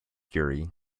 fury